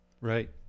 right